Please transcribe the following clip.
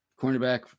cornerback